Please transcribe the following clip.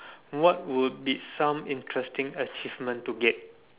what would be some interesting achievement to get